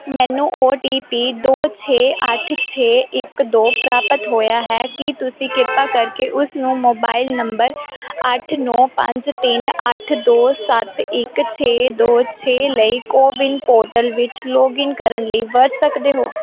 ਮੈਨੂੰ O T P ਦੋ ਛੇ ਅੱਠ ਛੇ ਇੱਕ ਦੋ ਪ੍ਰਾਪਤ ਹੋਇਆ ਹੈ ਕੀ ਤੁਸੀਂ ਕਿਰਪਾ ਕਰਕੇ ਉਸ ਨੂੰ ਮੋਬਾਈਲ ਨੰਬਰ ਅੱਠ ਨੌਂ ਪੰਜ ਤਿੰਨ ਅੱਠ ਦੋ ਸੱਤ ਇੱਕ ਛੇ ਦੋ ਛੇ ਲਈ ਕੌਵਿਨ ਪੋਰਟਲ ਵਿੱਚ ਲੌਗਇਨ ਕਰਨ ਲਈ ਵਰਤ ਸਕਦੇ ਹੋ